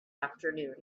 afternoon